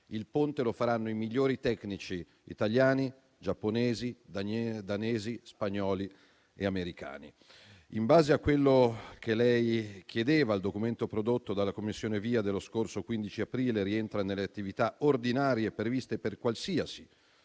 il Ponte lo faranno i migliori tecnici italiani, giapponesi, danesi, spagnoli e americani. In base a quello che l'interrogante chiedeva, il documento prodotto dalla commissione VIA lo scorso 15 aprile rientra nelle attività ordinarie previste per qualsiasi